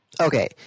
Okay